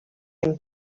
him